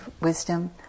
wisdom